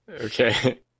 Okay